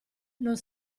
non